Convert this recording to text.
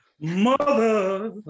Mother